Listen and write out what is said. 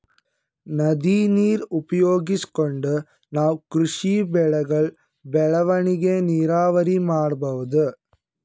ನದಿ ನೀರ್ ಉಪಯೋಗಿಸ್ಕೊಂಡ್ ನಾವ್ ಕೃಷಿ ಬೆಳೆಗಳ್ ಬೆಳವಣಿಗಿ ನೀರಾವರಿ ಮಾಡ್ಬಹುದ್